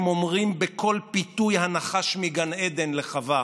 הם אומרים בקול פיתוי הנחש מגן עדן לחווה.